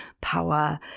power